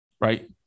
right